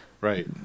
Right